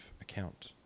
account